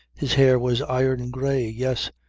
his hair was iron grey. yes.